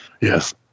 Yes